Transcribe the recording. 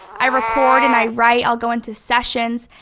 i record and i write, i'll go into sessions,